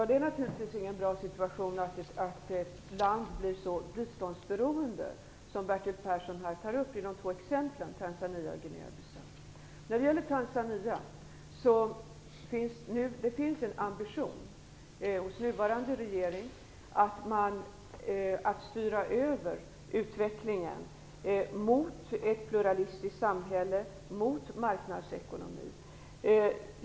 Det är naturligtvis ingen bra situation att ett land blir så biståndsberoende som de två exempel som Bertil Persson här tar upp, Tanzania och Guinea Bissau. När det gäller Tanzania finns det en ambition hos den nuvarande regeringen att styra över utvecklingen mot ett pluralistiskt samhälle, mot marknadsekonomi.